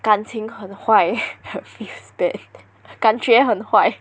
感情很坏 feels bad 感觉很坏